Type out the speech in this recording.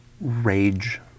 rage